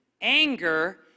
Anger